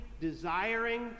desiring